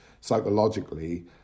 psychologically